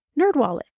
Nerdwallet